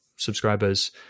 subscribers